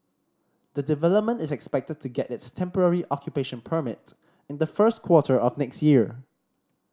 the development is expected to get its temporary occupation permit in the first quarter of next year